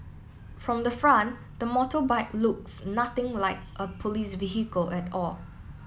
from the front the motorbike looks nothing like a police vehicle at all